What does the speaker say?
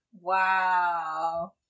Wow